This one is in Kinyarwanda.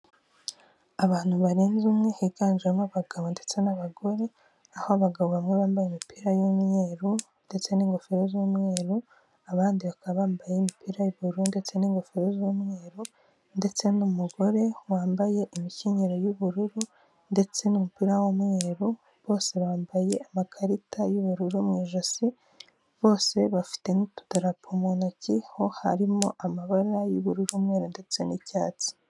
Abantu barenze umwe higanjemo abagabo ndetse n'abagore aho abagabo bamwe bambaye imipira y'umweru ndetse n'ingofero z'umweru abandi bakaba bambaye imipira y'ubururu ndetse n'ingofero z'umweru ndetse n'umugore wambaye imikenyero y'ubururu ndetse n'umupira w'umweru bose bambaye amakarita y'ubururu mu ijosi bose bafite n'udutarapo mu ntoki ho harimo amabara y'ubururu n'umweru ndetse n'icyatsi.